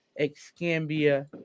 Excambia